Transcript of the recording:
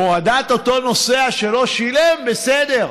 הורדת אותו נוסע שלא שילם, בסדר.